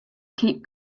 keep